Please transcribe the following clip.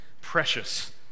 precious